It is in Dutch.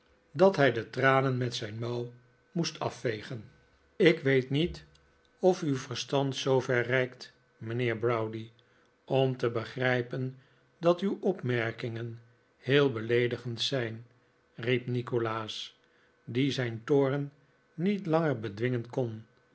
dat hij de tranen met zijn nikolaas nickleby mouw moest afvegen ik weet niet of uw verstand zoover reikt mijnheer browdie om te begrijpen dat uw opmerkingen heel beleedigend zijn riep nikolaas die zijn toorn niet langer bedwingen kon